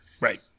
Right